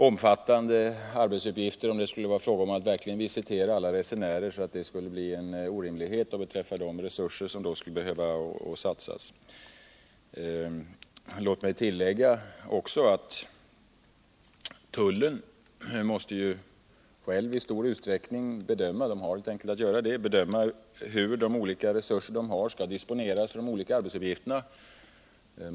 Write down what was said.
Om det skulle bli fråga om att verkligen visitera alla resenärer, skulle arbetsuppgifterna bli så omfattande att behovet av resurser blev en orimlighet. Låt mig tillägga att tullen i stor utsträckning själv måste bedöma hur resurserna skall disponeras för olika arbetsuppgifter.